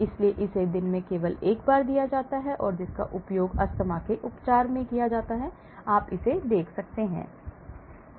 इसलिए इसे दिन में केवल एक बार दिया जाता है जिसका उपयोग अस्थमा के उपचार में किया जाता है आप इसे देख सकते हैं